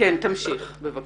כן, תמשיך בבקשה.